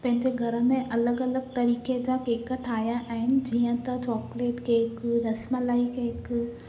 पंहिंजे घर में अलॻि अलॻि तरीक़े जा केक ठाहिया आहिनि जीअं त chocolate cake rasmalai cake